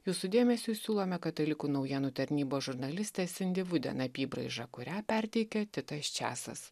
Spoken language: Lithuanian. jūsų dėmesiui siūlome katalikų naujienų tarnybos žurnalistės sindi vuden apybraižą kurią perteikia titas čiasas